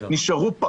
נשארו במתווה הקודם,